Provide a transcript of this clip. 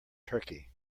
turkey